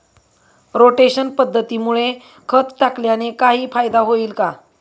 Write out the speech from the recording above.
Rotation पद्धतीमुळे खत टाकल्याने काही फायदा होईल का?